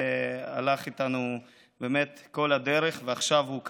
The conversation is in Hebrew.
הוא הלך איתנו את כל הדרך, ועכשיו הוא כאן.